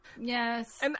Yes